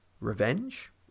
revenge